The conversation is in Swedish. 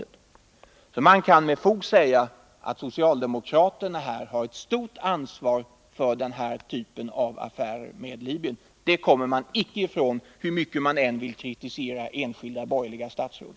Det kan alltså med fog sägas att socialdemokraterna har ett stort ansvar för den här typen av affärer med Libyen. Det kommer man icke ifrån, hur mycket man än vill kritisera enskilda borgerliga statsråd.